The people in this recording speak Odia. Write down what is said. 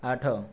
ଆଠ